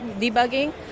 debugging